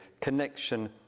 connection